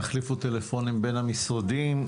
תחליפו טלפונים בין המשרדים.